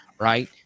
Right